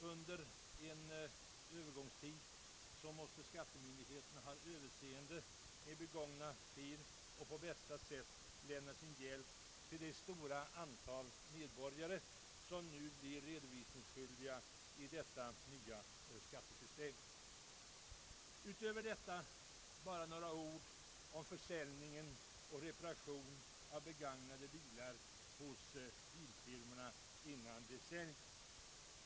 Under en övergångstid måste skattemyndigheterna ha överseende med begångna fel och på bästa sätt lämna sin hjälp till det stora antal medborgare som nu blir redovisningsskyldiga i detta nya skattesystem. Utöver detta vill jag bara säga några ord om försäljning och reparation av begagnade bilar hos bilfirmorna.